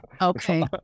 Okay